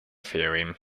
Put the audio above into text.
theorem